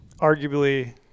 arguably